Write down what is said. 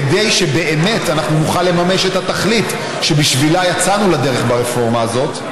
כדי שבאמת אנחנו נוכל לממש את התכלית שבשבילה יצאנו לדרך ברפורמה הזאת,